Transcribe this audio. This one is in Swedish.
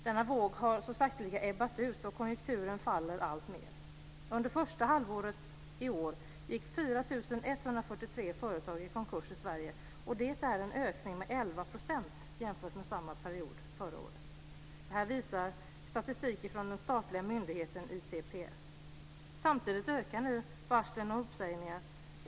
Denna våg har så sakteliga ebbat ut och konjunkturen faller alltmer. Under första halvåret i år gick 4 143 företag i konkurs i Sverige. Det är en ökning med 11 % jämfört med samma period förra året. Detta visar statistik från den statliga myndigheten ITPS. Samtidigt ökar nu varslen och uppsägningarna.